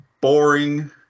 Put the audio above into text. boring